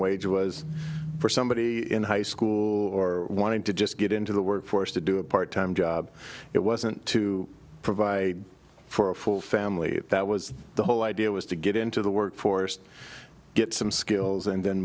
wage was for somebody in high school or wanted to just get into the workforce to do a part time job it wasn't to provide for a full family that was the whole idea was to get into the workforce get some skills and then